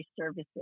services